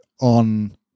on